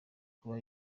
kuba